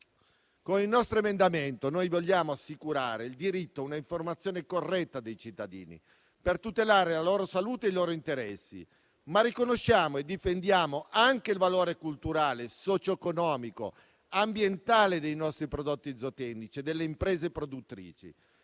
Con il nostro emendamento vogliamo assicurare il diritto ad una informazione corretta dei cittadini, per tutelare la loro salute e i loro interessi, ma riconosciamo e difendiamo anche il valore culturale, socio-economico e ambientale dei nostri prodotti zootecnici e delle imprese produttrici.